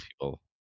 people